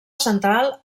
central